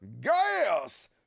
gas